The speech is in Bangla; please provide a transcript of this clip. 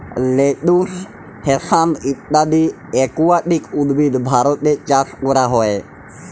লেটুস, হ্যাসান্থ ইত্যদি একুয়াটিক উদ্ভিদ ভারতে চাস ক্যরা হ্যয়ে